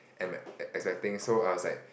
am expecting so I was like